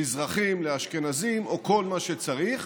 מזרחים לאשכנזים או כל מה שצריך,